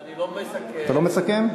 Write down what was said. אני לא מסכם שום דבר.